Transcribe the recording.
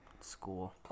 school